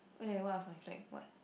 okay what was my what